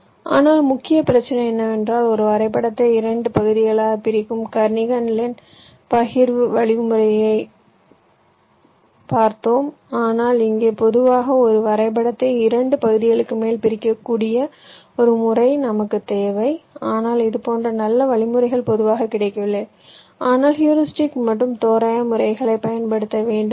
ஆனால் முக்கிய பிரச்சினை என்னவென்றால் ஒரு வரைபடத்தை இரண்டு பகுதிகளாகப் பிரிக்கும் கர்னிகன் லின் பகிர்வு வழிமுறையைப் பார்த்தோம் ஆனால் இங்கே பொதுவாக ஒரு வரைபடத்தை இரண்டு பகுதிகளுக்கு மேல் பிரிக்கக்கூடிய ஒரு முறை நமக்குத் தேவை ஆனால் இதுபோன்ற நல்ல வழிமுறைகள் பொதுவாக கிடைக்கவில்லை ஆகவே ஹியூரிஸ்டிக்ஸ் மற்றும் தோராய முறைகளைப் பயன்படுத்த வேண்டும்